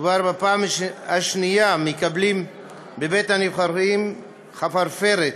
כבר בפעם השנייה מקבלים בבית הנבחרים חפרפרת